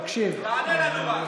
נתקבלה.